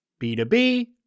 B2B